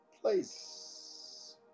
place